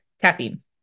Caffeine